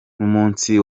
n’umunsi